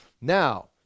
Now